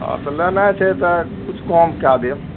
हँ तऽ लेनाइ छै तऽ किछु कम कए देब